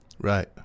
Right